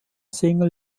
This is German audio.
single